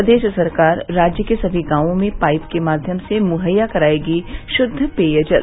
प्रदेश सरकार राज्य के सभी गांवों में पाइप के माध्यम से मुहैया करायेगी शुद्ध पेयजल